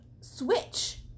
switch